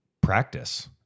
practice